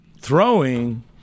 throwing